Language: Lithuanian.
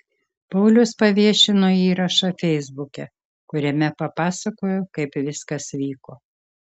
paulius paviešino įrašą feisbuke kuriame papasakojo kaip viskas vyko